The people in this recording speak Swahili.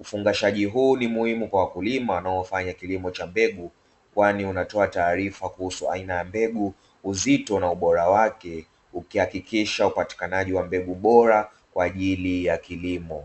Ufungashaji huo ni muhimu wakulima wa mbegu kwa unatoa taarifa kuhusu aina ya mbegu, uzito na ubora wake, ikihakikisha upatikanaji wa mbegu bora kwa ajili ya kilimo.